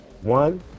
one